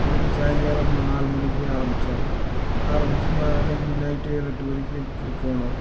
திரும்பி சாயங்காலம் நாலு மணிக்கு ஆரம்பித்தோம் ஆரம்பித்து ம அன்றைக்கு நைட்டு ஏழு எட்டு வரைக்கும் போனோம்